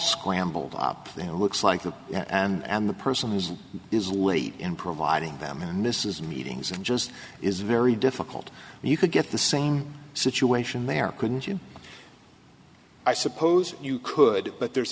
scrambled up and looks like that and the person is is late in providing them and mrs meetings and just is very difficult and you could get the same situation there couldn't you i suppose you could but there's